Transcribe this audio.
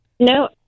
No